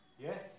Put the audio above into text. Yes